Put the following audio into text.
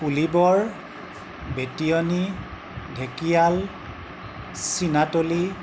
Pulibor Betioni Dhekial Chinatoli